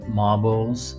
marbles